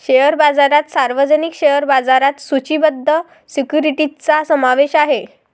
share बाजारात सार्वजनिक share बाजारात सूचीबद्ध सिक्युरिटीजचा समावेश आहे